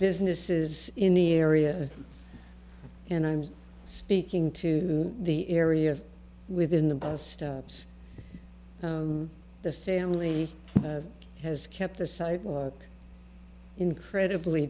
businesses in the area and i'm speaking to the area within the bus stops the family has kept the sidewalk incredibly